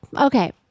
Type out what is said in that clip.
okay